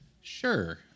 Sure